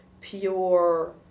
pure